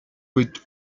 with